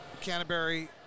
Canterbury